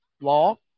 Law